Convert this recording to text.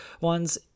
ones